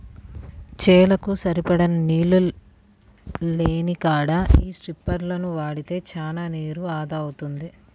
చేలకు సరిపడినన్ని నీళ్ళు లేనికాడ యీ స్పింకర్లను వాడితే చానా నీరు ఆదా అవుద్ది